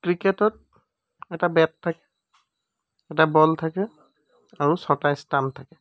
ক্ৰিকেটত এটা বেট থাকে এটা বল থাকে আৰু ছটা ষ্টাম্প থাকে